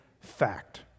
Fact